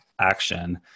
action